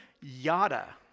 yada